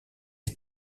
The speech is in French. est